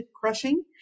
crushing